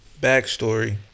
backstory